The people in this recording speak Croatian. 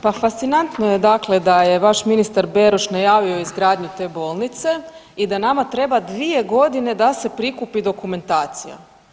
Pa fascinantno je, dakle da je vaš ministar Beroš najavio izgradnju te bolnice i da nama treba dvije godine da se prikupi dokumentacija.